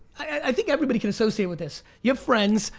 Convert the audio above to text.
i think everybody can associate with this, you're friends,